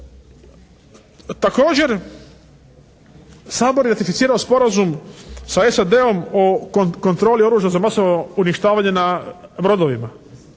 Također Sabor je ratificirao sporazum sa SAD-om o kontroli oružja za masovno uništavanje na brodovima.